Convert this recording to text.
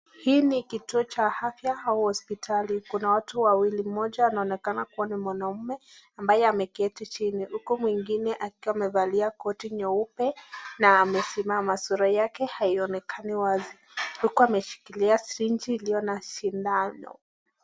Hii ni kituo cha afya au hospitali. Kuna watu wawili, mmoja anaonekana kuwa ni mwanaume ambaye ameketi chini uku mwingine akiwa amevalia koti nyeupe na amesimama. Sura yake haionekani wazi uku ameshikilia sirinji iliona sindano.